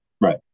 right